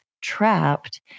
trapped